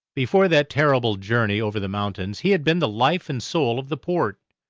before that terrible journey over the mountains he had been the life and soul of the port.